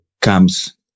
comes